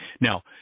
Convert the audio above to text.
Now